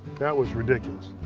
that was ridiculous.